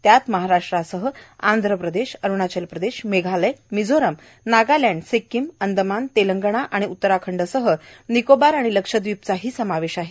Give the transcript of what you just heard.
त्यात महाराष्ट्रासह आंध्रप्रदेश अरूणाचलप्रदेश मेघालय मिझोरम नागालँड सिक्किम अंदमान तेलंगणा आणि उत्तराखंडसह निकोबार लक्षद्विप मधेही निवडणुक होणार आहे